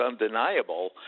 undeniable